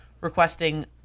requesting